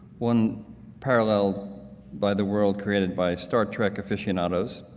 one parallel by the world created by star trek aficionados,